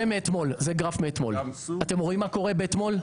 -- זה גרף מאתמול, אתם רואים מה קורה באתמול?